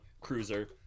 cruiser